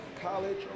college